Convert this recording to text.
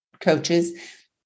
coaches